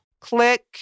Click